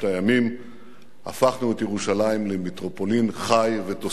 הפכנו את ירושלים למטרופולין חיה ותוססת,